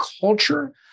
culture